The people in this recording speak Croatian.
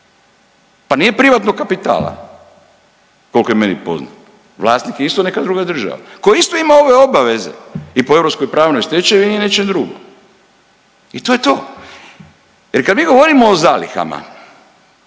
pa nije privatnog kapitala, koliko je meni poznato, vlasnik je isto neka druga država koja ima isto ove obaveze i po europskoj pravnoj stečevini i nečem drugom i to je to. Jer kad mi govorimo o zalihama,